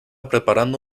preparando